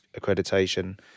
accreditation